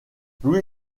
louis